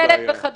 וכדומה.